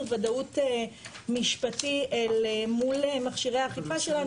ודאות משפטי אל מול מכשירי האכיפה שלנו.